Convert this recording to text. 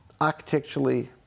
architecturally